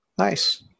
Nice